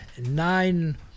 Nine